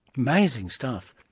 amazing stuff.